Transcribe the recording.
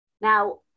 Now